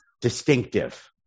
distinctive